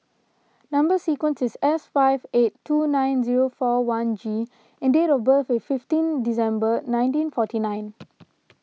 Number Sequence is S five eight two nine zero four one G and date of birth is fifteen December nineteen forty nine